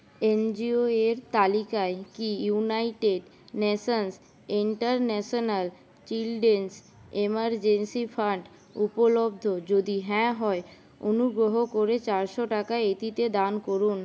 এনজিওএর তালিকায় কি United Nations International Children's Emergency Fund উপলব্ধ যদি হ্যাঁ হয় অনুগ্রহ করে চারশো টাকা এটিতে দান করুন